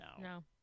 No